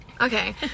Okay